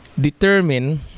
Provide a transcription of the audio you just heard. determine